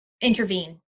intervene